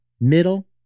middle